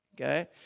Okay